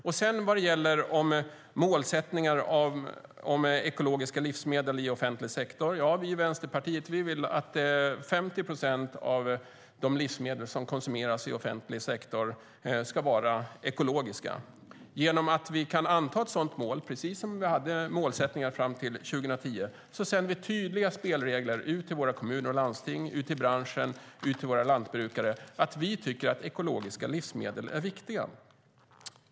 När det gäller målsättningen om ekologiska livsmedel i offentlig sektor vill vi i Vänsterpartiet att 50 procent av de livsmedel som konsumeras i offentlig sektor ska vara ekologiska. Om vi kan anta ett sådant mål - den målsättningen hade vi fram till 2010 - sänder vi tydliga signaler till våra kommuner och landsting, till branschen och till våra lantbrukare om att ekologiska livsmedel är viktiga.